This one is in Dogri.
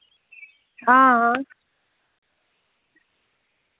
हां